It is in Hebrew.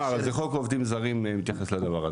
זה חוק העובדים הזרים מתייחס לדבר הזה.